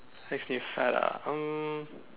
makes me fat ah um